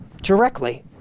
directly